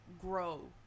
grow